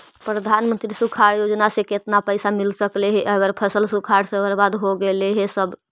प्रधानमंत्री सुखाड़ योजना से केतना पैसा मिल सकले हे अगर फसल सुखाड़ से बर्बाद हो गेले से तब?